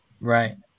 right